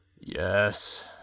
Yes